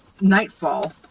nightfall